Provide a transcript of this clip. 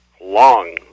long